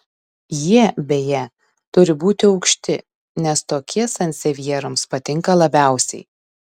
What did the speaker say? jie beje turi būti aukšti nes tokie sansevjeroms patinka labiausiai